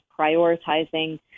prioritizing